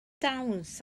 dawns